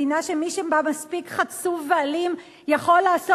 מדינה שבה מי שמספיק חצוף ואלים יכול לעשות